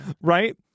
right